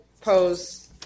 pose